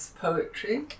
poetry